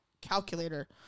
calculator